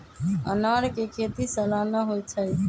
अनारकें खेति सलाना होइ छइ